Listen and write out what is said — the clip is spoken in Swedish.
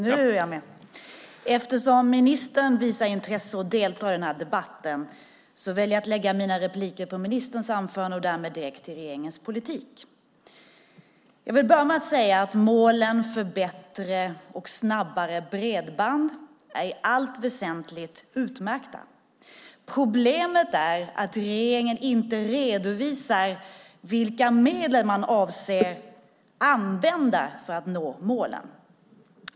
Herr talman! Eftersom ministern visar intresse och deltar i den här debatten väljer jag att lägga mina repliker på ministerns anförande och därmed direkt till regeringens politik. Jag vill börja med att säga att målen för bättre och snabbare bredband i allt väsentligt är utmärkta. Problemet är att regeringen inte redovisar vilka medel man avser att använda för att nå målen.